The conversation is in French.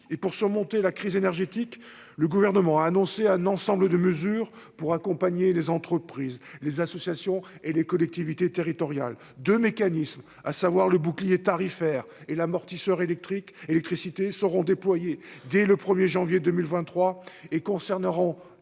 et pour surmonter la crise énergétique, le gouvernement a annoncé un ensemble de mesures pour accompagner les entreprises, les associations et les collectivités territoriales de mécanismes, à savoir le bouclier tarifaire et l'amortisseur électrique électricité seront déployés dès le 1er janvier 2023 et concerneront